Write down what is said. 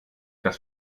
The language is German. das